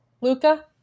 Luca